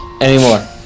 anymore